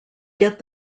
get